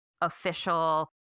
official